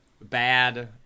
bad